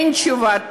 אין תשובה.